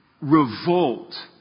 revolt